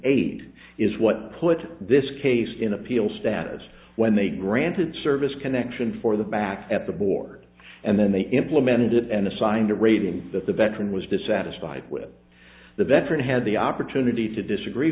eight is what put this case in appeal status when they granted service connection for the back at the board and then they implemented it and assigned a rating that the veteran was dissatisfied with the veteran had the opportunity to disagree